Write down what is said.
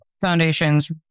foundations